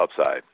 upside